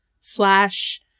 slash